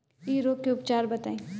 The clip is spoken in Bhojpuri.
इ रोग के उपचार बताई?